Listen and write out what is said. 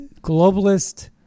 globalist